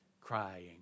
crying